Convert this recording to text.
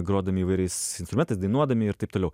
grodami įvairiais instrumentais dainuodami ir taip toliau